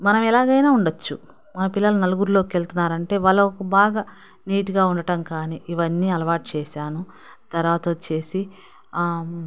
మనం ఎలాగైనా ఉండవచ్చు మన పిల్లలు నలుగురిలోకి వెళ్తున్నారు అంటే వాళ్ళకి బాగా నీట్గా ఉండటం కాని ఇవన్నీ అలవాటు చేశాను తర్వాత వచ్చేసి